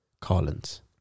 Collins